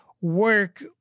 work